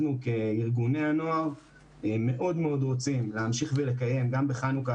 אנחנו כארגוני הנוער מאוד מאוד רוצים להמשיך ולקיים גם בחנוכה